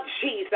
Jesus